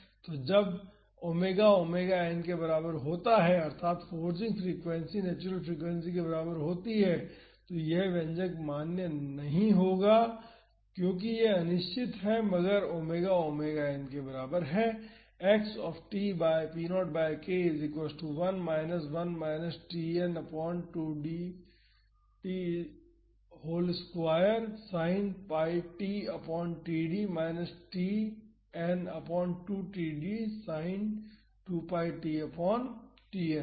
तो जब omega omega n के बराबर होता है अर्थात फोर्सिंग फ्रीक्वेंसी नेचुरल फ्रीक्वेंसी के बराबर होती है तो यह व्यंजक मान्य नहीं है क्योंकि यह अनिश्चित है अगर ओमेगा ओमेगा n के बराबर है